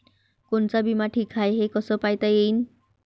कोनचा बिमा ठीक हाय, हे कस पायता येईन?